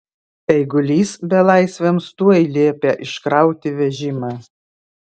eigulys belaisviams tuoj liepė iškrauti vežimą